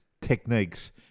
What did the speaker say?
techniques